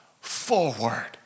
forward